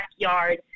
backyard